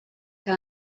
que